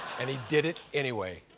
and he did it anyway.